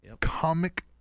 Comic